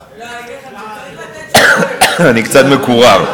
לא, אני אגיד לכם: זה צריך לתת, אני קצת מקורר.